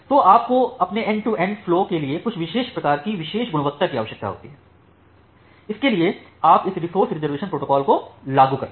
तो आपको अपने एंड टू एंड फ्लो के लिए कुछ विशेष प्रकार की विशेष गुणवत्ता की आवश्यकता होती है इसके लिए आप इस रिसोर्स रिज़र्वेशन प्रोटोकॉल को लागू करते हैं